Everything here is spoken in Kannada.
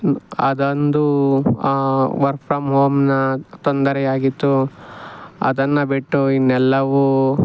ಅದೊಂದು ಆ ವರ್ಕ್ ಫ್ರಮ್ ಹೋಮ್ನ ತೊಂದರೆ ಆಗಿತ್ತು ಅದನ್ನು ಬಿಟ್ಟು ಇನ್ನೆಲ್ಲವೂ